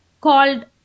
called